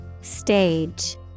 Stage